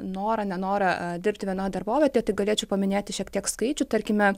norą nenorą dirbti vienoj darbovietėj tai galėčiau paminėti šiek tiek skaičių tarkime